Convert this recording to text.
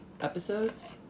episodes